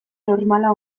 normala